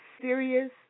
serious